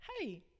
hey